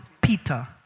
Peter